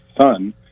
son